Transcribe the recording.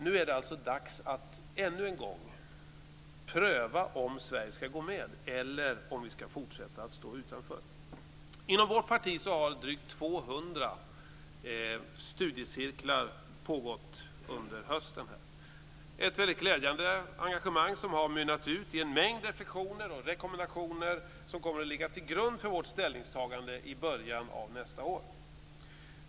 Nu är det alltså dags att ännu en gång pröva om Sverige ska gå med eller om vi ska fortsätta att stå utanför. Inom vårt parti har drygt 200 studiecirklar pågått under hösten. Det är ett väldigt glädjande engagemang som har mynnat ut i en mängd reflexioner och rekommendationer som kommer att ligga till grund för vårt ställningstagande i början av nästa år.